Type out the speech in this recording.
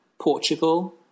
Portugal